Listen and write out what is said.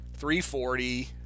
340